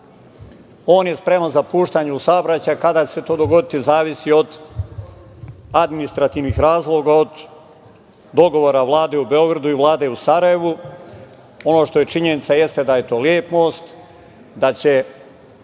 On je spreman za puštanje u saobraćaj a kada će se to dogoditi zavisi od administrativnih razloga, od dogovora Vlade u Beogradu i Vlade u Sarajevu. Ono što je činjenica jeste da je to lep most, da će